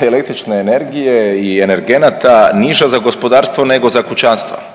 električne energije i energenata niža za gospodarstvo nego za kućanstva,